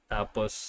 Tapos